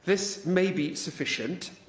this may be sufficient,